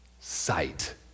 sight